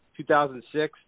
2006